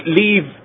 leave